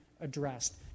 addressed